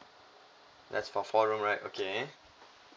that's for four room right okay